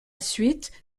suite